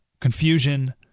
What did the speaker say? confusion